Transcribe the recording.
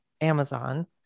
Amazon